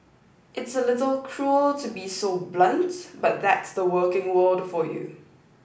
it's a little cruel to be so blunt but that's the working world for you